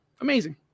Amazing